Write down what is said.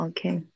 Okay